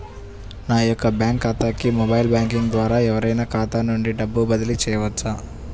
నా యొక్క బ్యాంక్ ఖాతాకి మొబైల్ బ్యాంకింగ్ ద్వారా ఎవరైనా ఖాతా నుండి డబ్బు బదిలీ చేయవచ్చా?